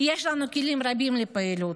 יש לנו כלים רבים לפעילות: